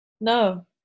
no